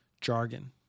jargon